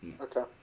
Okay